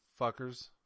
fuckers